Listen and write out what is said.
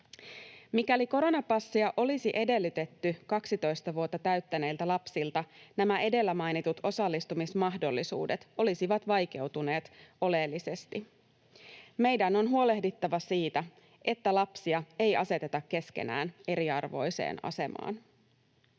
Mikäli koronapassia olisi edellytetty 12 vuotta täyttäneiltä lapsilta, nämä edellä mainitut osallistumismahdollisuudet olisivat vaikeutuneet oleellisesti. Meidän on huolehdittava siitä, että lapsia ei aseteta keskenään eriarvoiseen asemaan.